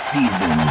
Season